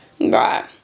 Right